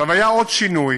היה עוד שינוי